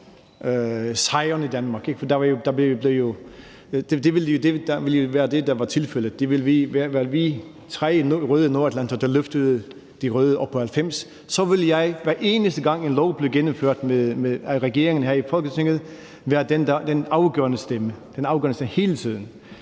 sejren i Danmark – det ville jo være det, der var tilfældet; det ville være os tre røde nordatlantere, der løftede de røde op på 90 – så ville jeg, hver eneste gang en lov blev gennemført af regeringen her i Folketinget, være den, der hele tiden